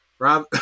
Rob